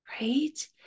right